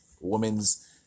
Women's